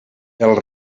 els